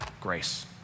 grace